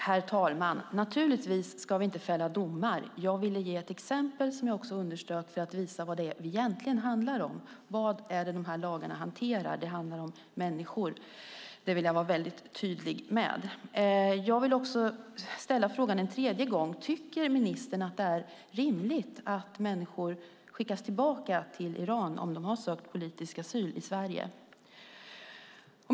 Herr talman! Naturligtvis ska vi inte fälla domar. Jag ville ge ett exempel, som jag också underströk, för att visa vad det egentligen handlar om, vad det är de här lagarna hanterar. Det handlar om människor. Det vill jag vara väldigt tydlig med. Jag vill ställa min fråga en tredje gång. Tycker ministern att det är rimligt att människor skickas tillbaka till Iran om de har sökt politisk asyl i Sverige?